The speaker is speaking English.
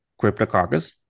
Cryptococcus